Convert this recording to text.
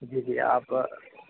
جی جی آپ